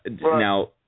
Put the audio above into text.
now